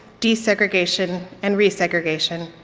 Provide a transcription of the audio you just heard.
desegregation and resegregation,